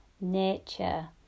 nature